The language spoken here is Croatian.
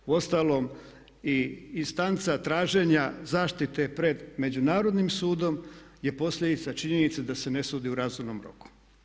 Uostalom i instanca traženja zaštite pred Međunarodnim sudom je posljedica činjenice da se ne sudi u razumnom roku.